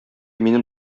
минем